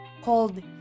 called